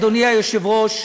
אדוני היושב-ראש,